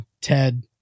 ted